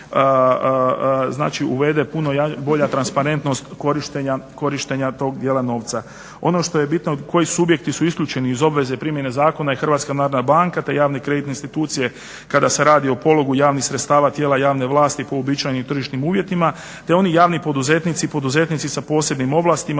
uvede puno bolja transparentnost korištenja tog dijela novca. Ono što je bitno koji subjekti su isključeni iz obveze primjene zakona i HNB te javne kreditne institucije kada se radi o pologu javnih sredstava tijela javne vlasti po uobičajenim tržišni uvjetima, te oni javni poduzetnici, poduzetnici sa posebnim ovlastima